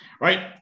right